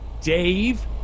Dave